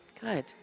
Good